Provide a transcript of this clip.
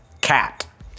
Cat